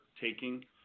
taking